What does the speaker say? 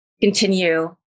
continue